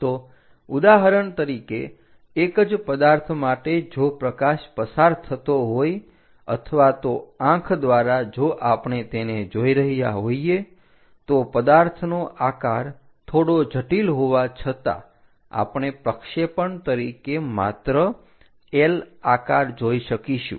તો ઉદાહરણ તરીકે એક જ પદાર્થ માટે જો પ્રકાશ પસાર થતો હોય અથવા તો આંખ દ્વારા જો આપણે તેને જોઈ રહ્યા હોઈએ તો પદાર્થનો આકાર થોડો જટિલ હોવા છતાં આપણે પ્રક્ષેપણ તરીકે માત્ર L આકાર જોઈ શકીશું